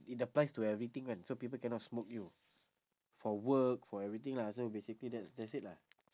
it applies to everything [one] so people cannot smoke you for work for everything lah so basically that's that's it lah